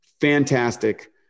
fantastic